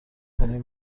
کنیم